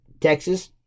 Texas